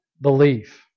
belief